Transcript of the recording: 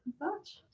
that.